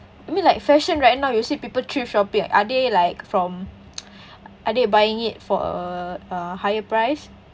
I mean like fashion right now you'll see people thrift shopping are they like from are they buying it for a ah higher price